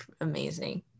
amazing